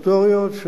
סטטוטוריות,